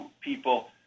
people